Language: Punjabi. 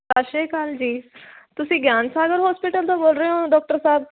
ਸਤਿ ਸ਼੍ਰੀ ਅਕਾਲ ਜੀ ਤੁਸੀਂ ਗਿਆਨ ਸਾਗਰ ਹੋਸਪੀਟਲ ਤੋਂ ਬੋਲ ਰਹੇ ਓਂ ਡਾਕਟਰ ਸਾਹਿਬ